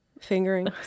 fingering